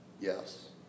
Yes